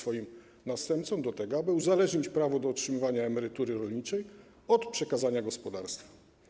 Chodziło o to, aby uzależnić prawo do otrzymywania emerytury rolniczej od przekazania gospodarstwa.